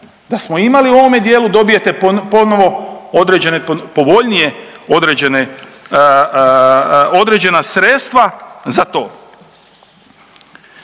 Da smo imali u ovome dijelu dobijete ponovo određene povoljnije određene, određena sredstva za to.